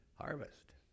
harvest